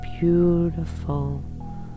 beautiful